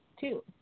two